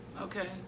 Okay